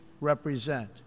represent